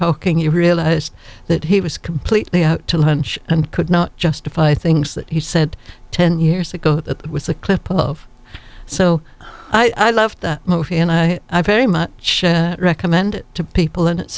talking he realized that he was completely out to lunch and could not justify things that he said ten years ago that was a clip of so i loved that movie and i i very much recommend it to people and it